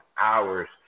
hours